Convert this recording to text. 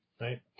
right